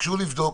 ביקשו לבדוק,